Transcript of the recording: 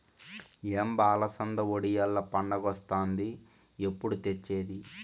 ఏం బా అలసంద వడియాల్ల పండగొస్తాంది ఎప్పుడు తెచ్చేది